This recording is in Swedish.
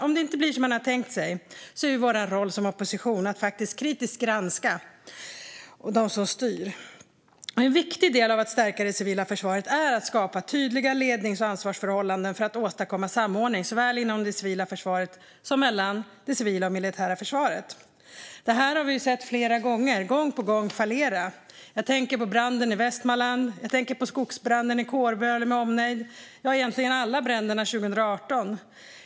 Om det inte blir som man har tänkt sig är vår roll som opposition att faktiskt kritiskt granska dem som styr. En viktig del av att stärka det civila försvaret är att skapa tydliga lednings och ansvarsförhållanden för att åstadkomma samordning såväl inom det civila försvaret som mellan det civila och militära försvaret. Det här har vi sett fallera flera gånger. Jag tänker på branden i Västmanland, och jag tänker på skogsbranden i Kårböle med omnejd - ja, egentligen alla bränderna 2018.